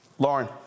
Lauren